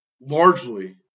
largely